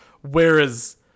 Whereas